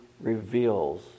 reveals